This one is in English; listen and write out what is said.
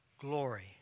glory